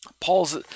paul's